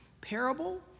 parable